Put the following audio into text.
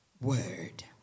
word